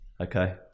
Okay